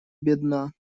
бедна